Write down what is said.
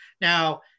Now